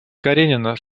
каренина